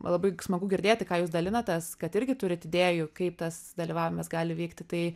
labai smagu girdėti ką jis dalinatės kad irgi turit idėjų kaip tas dalyvavimas gali vykti tai